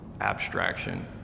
abstraction